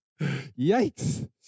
Yikes